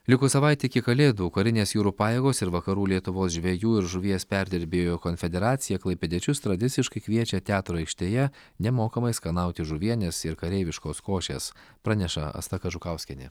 likus savaitei iki kalėdų karinės jūrų pajėgos ir vakarų lietuvos žvejų ir žuvies perdirbėjų konfederacija klaipėdiečius tradiciškai kviečia teatro aikštėje nemokamai skanauti žuvienės ir kareiviškos košės praneša asta kažukauskienė